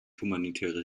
humanitäre